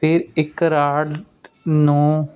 ਫਿਰ ਇੱਕ ਰਾਟ ਨੂੰ